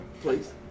please